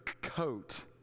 coat